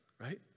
right